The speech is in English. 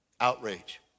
outrage